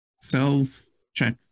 self-check